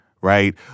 right